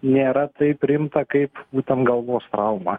nėra taip rimta kaip būtent galvos trauma